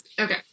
Okay